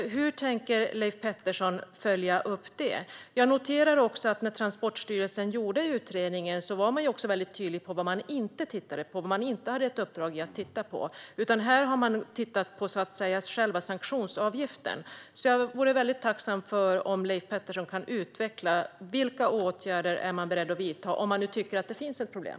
Hur tänker Leif Pettersson följa upp det? När Transportstyrelsen gjorde utredningen var man väldigt tydlig med vad man inte tittade på och vad som inte ingick i uppdraget. Här har man alltså tittat på själva sanktionsavgiften. Jag vore tacksam om Leif Pettersson kunde utveckla vilka åtgärder man är beredd att vidta, om man nu tycker att det finns ett problem.